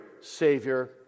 Savior